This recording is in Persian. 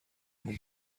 اون